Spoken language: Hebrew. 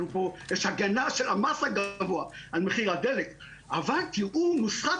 יש הפגנה על מחיר הדלק אבל תראו מופחת